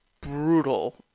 brutal